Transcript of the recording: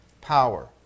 power